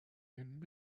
and